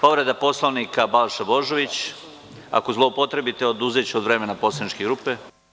Povreda Poslovnika Balša Božović, ako zloupotrebite, oduzeću vam od vremena poslaničke grupe.